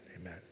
amen